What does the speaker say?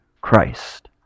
Christ